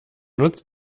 nutzt